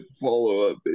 follow-up